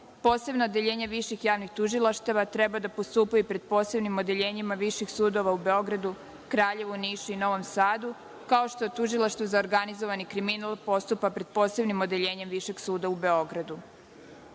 Posebna odeljenja viših tužilaštava treba da postupaju pred posebnim odeljenjima viših sudova u Beogradu, Kraljevu, Nišu i Novom Sadu, kao što Tužilaštvo za organizovani kriminal postupa pred Posebnim odeljenjem Višeg suda u Beogradu. Jedan